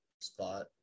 spot